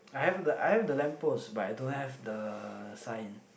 I have the I have the lamp post but I don't have the sign